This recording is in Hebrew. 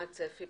מה הצפי?